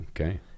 Okay